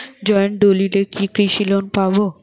Joint দলিলে কি কৃষি লোন পাব?